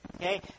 Okay